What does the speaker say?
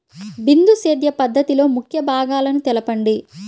బిందు సేద్య పద్ధతిలో ముఖ్య భాగాలను తెలుపండి?